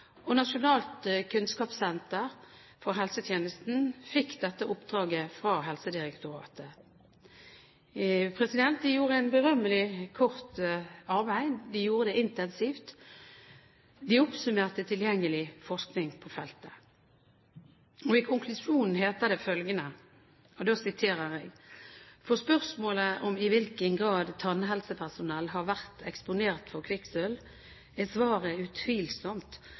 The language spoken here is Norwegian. og Nasjonalt kunnskapssenter for helsetjenesten fikk dette oppdraget fra Helsedirektoratet. De gjorde et berømmelig kort arbeid, de gjorde det intensivt, og de oppsummerte tilgjengelig forskning på feltet. I konklusjonen heter det følgende: «For spørsmålet om i hvilken grad tannhelsepersonell har vært eksponert for kvikksølv, er svaret utvilsomt